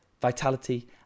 vitality